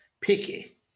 picky